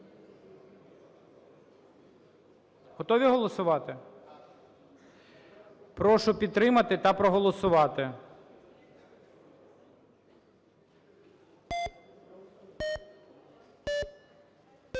Готові голосувати? Прошу підтримати та проголосувати.